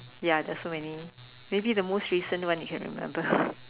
ya there's so many maybe the most recent one you can remember